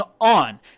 on